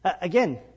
Again